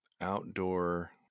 outdoor